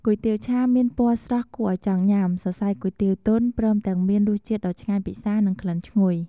គុយទាវឆាមានពណ៌ស្រស់គួរឱ្យចង់ញ៉ាំ សរសៃគុយទាវទន់ ព្រមទាំងមានរសជាតិដ៏ឆ្ងាញ់ពិសា និងក្លិនឈ្ងុយ។